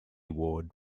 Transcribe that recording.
ward